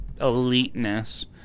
eliteness